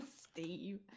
steve